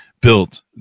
built